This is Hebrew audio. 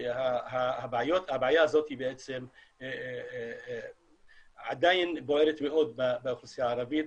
שהבעיות הבעיה הזאת עדיין בוערת מאוד באוכלוסייה הערבית,